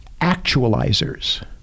actualizers